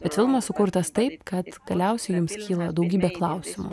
bet filmas sukurtas taip kad galiausiai jums kyla daugybė klausimų